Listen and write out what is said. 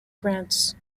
grants